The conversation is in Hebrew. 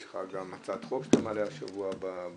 יש לך גם הצעת חוק שאתה מעלה השבוע בנושא,